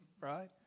right